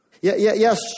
Yes